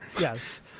Yes